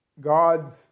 God's